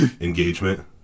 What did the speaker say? engagement